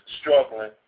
struggling